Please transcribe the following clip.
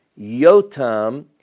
Yotam